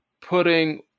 putting